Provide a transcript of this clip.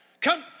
come